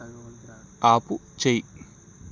ఆపు చెయ్యి